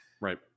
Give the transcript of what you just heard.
right